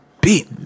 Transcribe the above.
beat